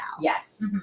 Yes